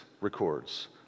records